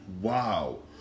wow